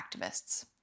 activists